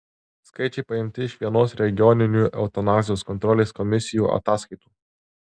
skaičiai paimti iš vienos regioninių eutanazijos kontrolės komisijų ataskaitų